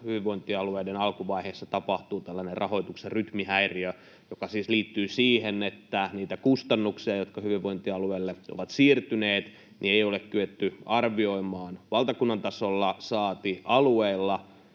hyvinvointialueiden alkuvaiheessa tapahtuu tällainen rahoituksen rytmihäiriö, joka siis liittyy siihen, että niitä kustannuksia, jotka hyvinvointialueille ovat siirtyneet, ei ole kyetty arvioimaan valtakunnan tasolla, saati alueilla,